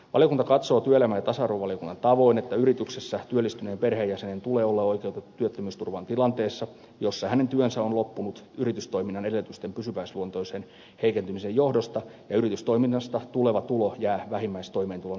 valiokunta katsoo työelämä ja tasa arvovaliokunnan tavoin että yrityksessä työllistyneen perheenjäsenen tulee olla oikeutettu työttömyysturvaan tilanteessa jossa hänen työnsä on loppunut yritystoiminnan edellytysten pysyväisluontoisen heikentymisen johdosta ja yritystoiminnasta tuleva tulo jää vähimmäistoimeentulon alapuolelle